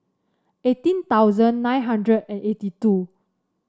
eighteen thousand nine hundred and eighty two